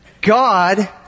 God